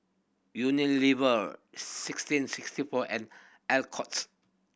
Unilever sixteen sixty four and Alcott's